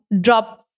drop